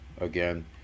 again